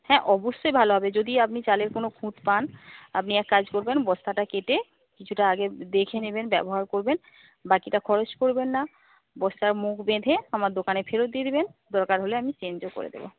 হ্যাঁ অবশ্যই ভালো হবে যদি আপনি চালের কোনও খুঁত পান আপনি এক কাজ করবেন বস্তাটা কেটে কিছুটা আগে দেখে নেবেন ব্যবহার করবেন বাকিটা খরচ করবেন না বস্তার মুখ বেঁধে আমার দোকানে ফেরত দিয়ে দেবেন দরকার হলে আমি চেঞ্জও করে দেব